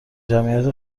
جمعیت